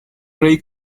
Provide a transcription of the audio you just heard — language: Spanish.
rey